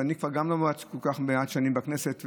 וגם אני כבר לא כל כך מעט שנים בכנסת,